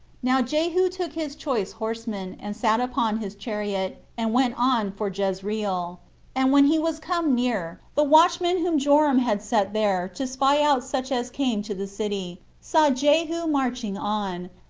now jehu took his choice horsemen, and sat upon his chariot, and went on for jezreel and when he was come near, the watchman whom joram had set there to spy out such as came to the city, saw jehu marching on,